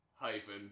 hyphen